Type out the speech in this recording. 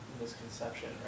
misconception